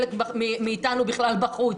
בגללך חלק מאיתנו נשאר בכלל בחוץ,